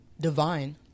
divine